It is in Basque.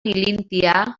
ilintia